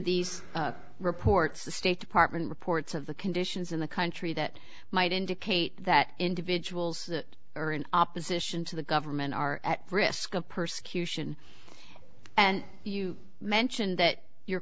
these reports the state department reports of the conditions in the country that might indicate that individuals are in opposition to the government are at risk of persecution and you mentioned that your